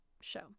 show